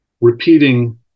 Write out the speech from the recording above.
repeating